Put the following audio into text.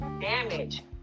damage